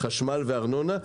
חשמל וארנונה,